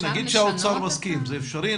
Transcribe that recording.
נגיד שהאוצר מסכים זה אפשרי?